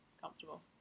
comfortable